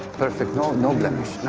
perfect, no? no blemish.